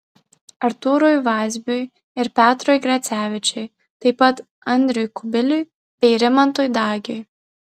artūrui vazbiui ir petrui grecevičiui taip pat andriui kubiliui bei rimantui dagiui